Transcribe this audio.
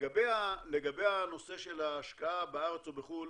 לגבי הנושא של ההשקעה בארץ או בחו"ל,